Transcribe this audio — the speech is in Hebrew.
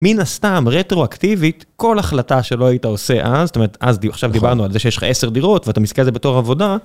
מן הסתם, רטרואקטיבית, כל החלטה שלא היית עושה אז, זאת אומרת, עכשיו דיברנו על זה שיש לך 10 דירות ואתה מסתכל על זה בתור עבודה.